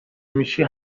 میشی